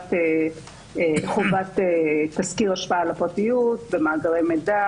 בעריכת חובת תסקיר השפעה על הפרטיות במאגרי מידע.